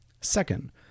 Second